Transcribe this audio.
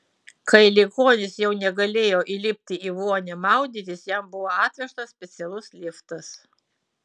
kai ligonis jau negalėjo įlipti į vonią maudytis jam buvo atvežtas specialus liftas